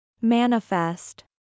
Manifest